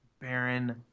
Baron